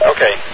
Okay